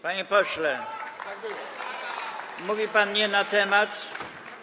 Panie pośle, mówił pan nie na temat.